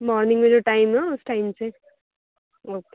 morning में जो time है उस टाइम से ओके